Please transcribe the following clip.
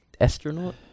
Astronaut